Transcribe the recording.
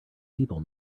people